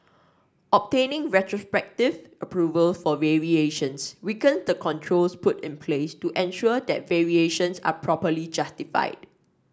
obtaining retrospective approvals for variations weaken the controls put in place to ensure that variations are properly justified